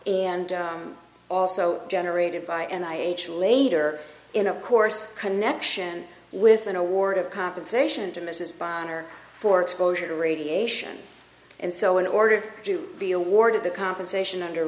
and also generated by and i h later in of course connection with an award of compensation to mrs boehner for exposure to radiation and so in order to be awarded the compensation under